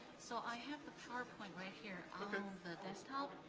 so i have the powerpoint right here, on the desktop.